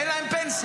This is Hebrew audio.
אין להם פנסיה.